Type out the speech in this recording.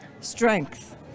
strength